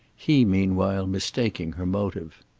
he meanwhile mistaking her motive.